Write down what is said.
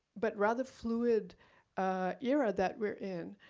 but rather fluid era that we're in,